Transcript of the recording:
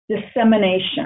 dissemination